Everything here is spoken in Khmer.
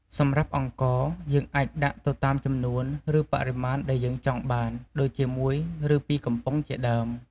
សម្រាប់អង្ករ យើងអាចដាក់ទៅតាមចំនួន ឬ បរិមាណដែលយើងចង់បាន ដូចជា ១ ឬ ២ កំប៉ុងជាដើម។